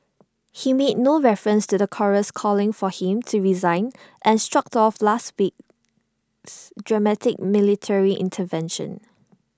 he made no reference to the chorus calling for him to resign and shrugged off last week's dramatic military intervention